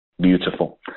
beautiful